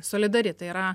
solidari tai yra